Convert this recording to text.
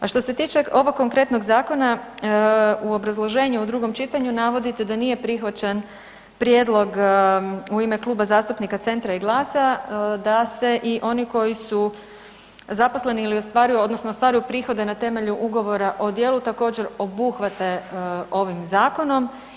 A što se tiče ovog konkretnog zakona u obrazloženju u drugom čitanju navodite da nije prihvaćen prijedlog u ime Kluba zastupnika Centra i GLAS-a da se i oni koji su zaposleni ili ostvaruju odnosno ostvaruju prihode na temelju ugovora o djelu također obuhvate ovim zakonom.